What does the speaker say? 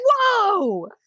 whoa